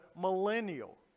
millennial